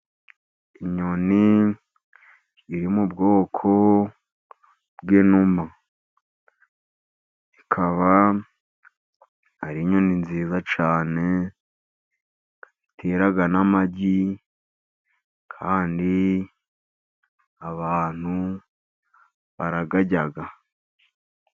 Inyoni iri mu bwoko bw'inuma. Ikaba ari inyoni nziza cyane zitera n'amagi, kandi abantu barayarya.